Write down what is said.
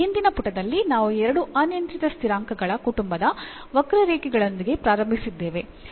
ಹಿಂದಿನ ಪುಟದಲ್ಲಿ ನಾವು ಎರಡು ಅನಿಯಂತ್ರಿತ ಸ್ಥಿರಾಂಕಗಳ ಕುಟುಂಬದ ವಕ್ರರೇಖೆಗಳೊಂದಿಗೆ ಪ್ರಾರಂಭಿಸಿದ್ದೇವೆ ಎಂದು ಗಮನಿಸಿರಬಹುದು